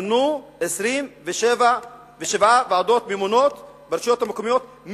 מונו 27 ועדות ממונות ברשויות המקומיות,